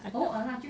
I thought